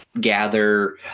gather